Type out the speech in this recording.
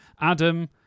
adam